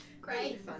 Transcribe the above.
great